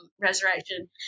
Resurrection